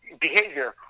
behavior